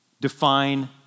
define